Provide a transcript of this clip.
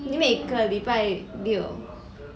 你每个礼拜六